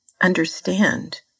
understand